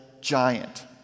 giant